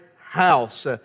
house